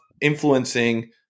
influencing